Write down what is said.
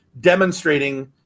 demonstrating